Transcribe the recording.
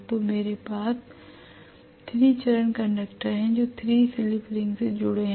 तो मेरे पास 3 चरण कंडक्टर हैं जो 3 स्लिप रिंग से जुड़े हैं